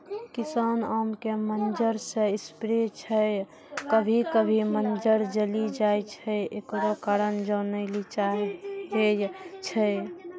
किसान आम के मंजर जे स्प्रे छैय कभी कभी मंजर जली जाय छैय, एकरो कारण जाने ली चाहेय छैय?